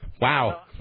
Wow